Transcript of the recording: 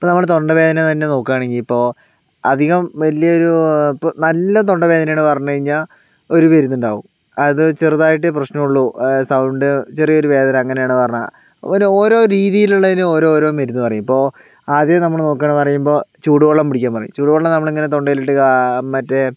ഇപ്പോൾ നമ്മൾ തൊണ്ടവേദന തന്നെ നോക്കുകയാണെങ്കിൽ ഇപ്പോൾ അധികം വലിയൊരു ഇപ്പോൾ നല്ല തൊണ്ട വേദനയാണെന്ന് പറഞ്ഞ് കഴിഞ്ഞാൽ ഒരു മരുന്ന് ഉണ്ടാകും അത് ചെറുതായിട്ട് പ്രശ്നമുള്ളൂ സൗണ്ട് ചെറിയ ഒരു വേദന അങ്ങനെയാണ് പറഞ്ഞാൽ ഓരോ ഓരോ രീതിയിലുള്ളതിനും ഓരോ ഓരോ മരുന്നു പറയും ഇപ്പോൾ ആദ്യം നമ്മൾ നോക്കുകയാണെന്ന് പറയുമ്പോൾ ചൂടു വെള്ളം പിടിക്കാൻ പറയും ചൂടു വെള്ളം നമ്മളിങ്ങനെ തൊണ്ടയിൽ ഇട്ട് ആ മറ്റേ